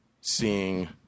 seeing